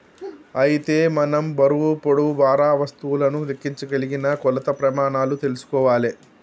అయితే మనం బరువు పొడవు వారా వస్తువులను లెక్కించగలిగిన కొలత ప్రెమానాలు తెల్సుకోవాలే